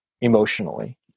emotionally